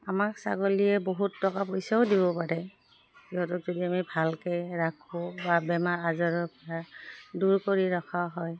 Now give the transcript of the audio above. আমাক ছাগলীয়ে বহুত টকা পইচাও দিব পাৰে সিহঁতক যদি আমি ভালকৈ ৰাখোঁ বা বেমাৰ আজাৰৰ পৰা দূৰ কৰি ৰখা হয়